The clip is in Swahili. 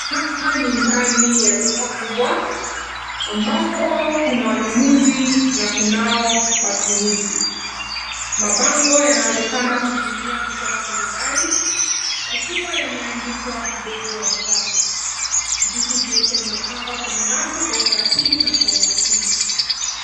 Hapa ni ndani ya duka kubwa ambapo kuna wanunuzi na kunao wachuuzi. Mabango yanaonekana kuninginia kutoka kwenye dali yakiwa yameandikwa bei ya bidhaa. Vitu vyote vimepangwa kwenye rafu kwa utaratibu na kwa umakini.